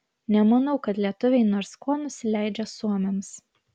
nemanau kad lietuviai nors kuo nusileidžia suomiams